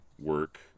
work